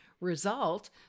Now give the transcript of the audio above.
result